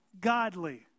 godly